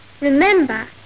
Remember